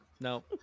no